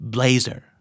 Blazer